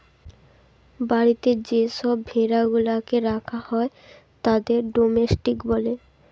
বাড়িতে যে সব ভেড়া গুলাকে রাখা হয় তাদের ডোমেস্টিক বলে